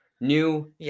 new